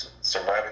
surviving